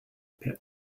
pit